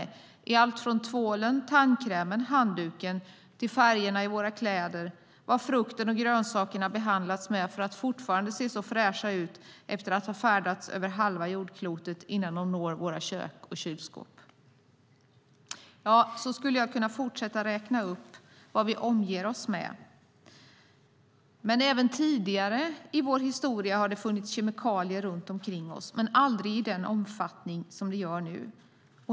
Det gäller allt från tvålen, tandkrämen och handduken till färgerna i våra kläder och vad frukt och grönsaker behandlats med för att även efter att ha färdats över halva jordklotet se så fräscha ut när de når våra kök och kylskåp. På det sättet skulle jag kunna fortsätta att räkna upp vad vi omger oss med. Även tidigare i vår historia har det funnits kemikalier runt om oss men aldrig i samma omfattning som nu.